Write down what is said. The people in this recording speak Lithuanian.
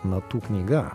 natų knyga